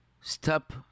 stop